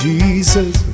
Jesus